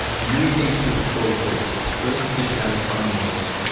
the european super trawler fleet first fished out its own waters,